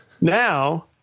now